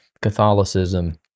Catholicism